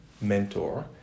mentor